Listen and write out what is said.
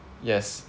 yes